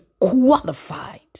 qualified